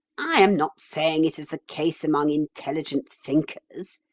i am not saying it is the case among intelligent thinkers,